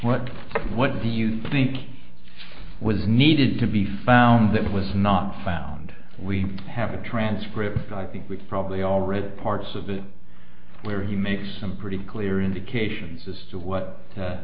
what what do you think was needed to be found that was not found we have a transcript i think we've probably all read parts of it where he makes some pretty clear indications as to what